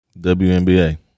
WNBA